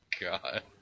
god